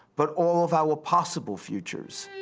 but all of our possible futures.